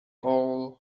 all